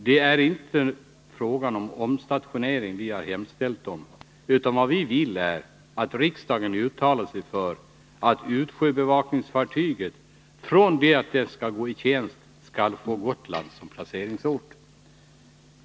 Det är inte någon omstationering vi har hemställt om, utan vad vi vill är att riksdagen uttalar sig för att utsjöbevakningsfartyget från den dag det skall i tjänst skall få Gotland som placeringsort.